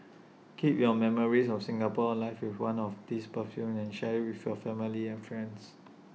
keep your memories of Singapore alive with one of these perfumes and share with your family and friends